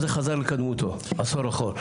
היום זה חזר לקדמותו, עשור אחורה.